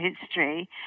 history